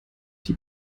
die